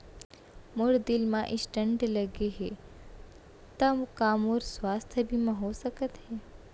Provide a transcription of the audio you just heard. मोर दिल मा स्टन्ट लगे हे ता का मोर स्वास्थ बीमा हो सकत हे?